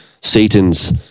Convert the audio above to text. Satan's